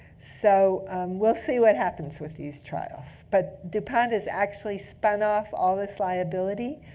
so we'll see what happens with these trials. but dupont has actually spun off all this liability.